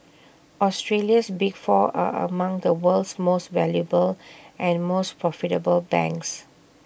Australia's big four are among the world's most valuable and most profitable banks